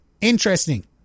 interesting